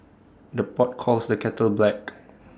the pot calls the kettle black